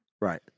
Right